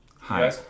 hi